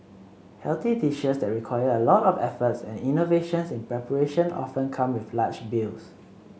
healthy dishes that require a lot of efforts and innovations in preparation often come with large bills